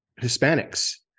Hispanics